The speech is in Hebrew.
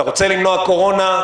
אתה רוצה למנוע קורונה,